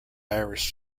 irish